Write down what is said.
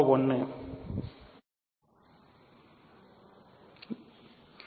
வ 1